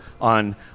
on